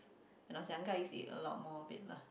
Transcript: when I was younger I used to eat a lot more of it lah